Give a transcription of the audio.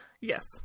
yes